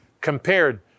compared